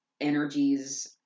energies